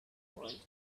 world